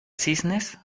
cisnes